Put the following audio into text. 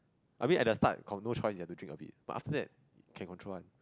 I mean at the start got no choice you have to drink a bit but after that can control one